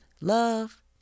love